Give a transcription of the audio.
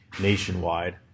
Nationwide